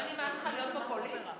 לא נמאס לך להיות פופוליסט?